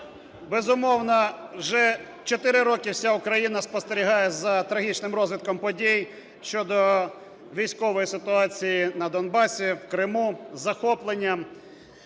Безумовно, вже 4 роки вся Україна спостерігає за трагічним розвитком подій щодо військової ситуації на Донбасі, у Криму із захопленням.